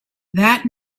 that